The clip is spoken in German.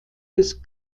des